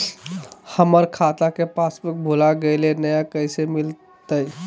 हमर खाता के पासबुक भुला गेलई, नया कैसे मिलतई?